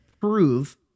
prove